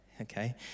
okay